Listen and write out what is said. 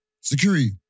Security